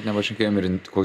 ne kažkokiam rintikos